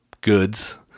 goods